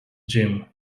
gym